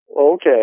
Okay